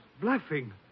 bluffing